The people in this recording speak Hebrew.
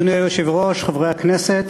אדוני היושב-ראש, חברי הכנסת,